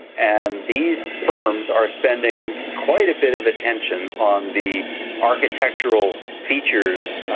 and these firms are spending quite a bit of attention on the architectural features,